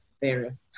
various